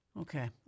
Okay